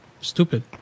Stupid